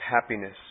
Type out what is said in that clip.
happiness